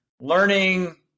learning